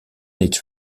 its